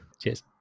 Cheers